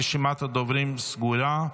רשימת הדוברים סגורה.